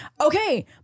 Okay